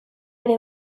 ere